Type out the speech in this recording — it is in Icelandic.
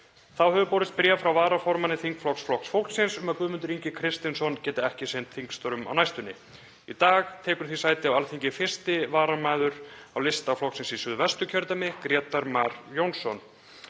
Þá hefur borist bréf frá varaformanni þingflokks Flokks fólksins um að Guðmundur Ingi Kristinsson geti ekki sinnt þingstörfum á næstunni. Í dag tekur því sæti á Alþingi 1. varamaður á lista flokksins í Suðvesturkjördæmi, Grétar Mar Jónsson.